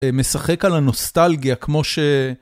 אה, משחק על הנוסטלגיה, כמו ש...